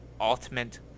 ultimate